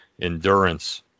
endurance